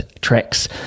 tracks